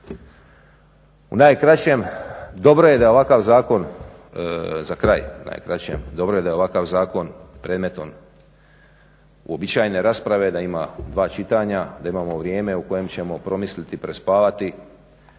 u najkraćem, dobro je da je ovakav zakon predmetom uobičajene rasprave, da ima dva čitanja, da imamo vrijeme u kojem ćemo promisliti, prespavati,